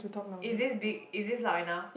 is is big is is loud enough